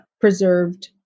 preserved